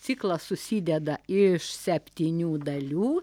ciklas susideda iš septynių dalių